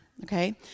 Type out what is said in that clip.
Okay